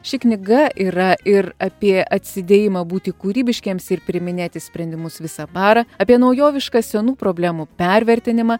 ši knyga yra ir apie atsidėjimą būti kūrybiškiems ir priiminėti sprendimus visą parą apie naujovišką senų problemų pervertinimą